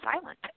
silent